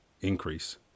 increase